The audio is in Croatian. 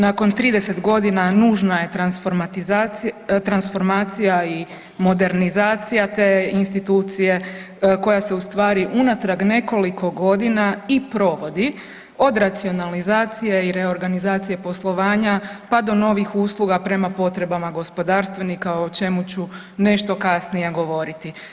Nakon 30.g. nužna je transformacija i modernizacija te institucije koja se u stvari unatrag nekoliko godina i provodi, od racionalizacije i reorganizacije poslovanja, pa do novih usluga prema potrebama gospodarstvenika, o čemu ću nešto kasnije govoriti.